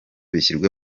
bishyirwe